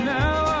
now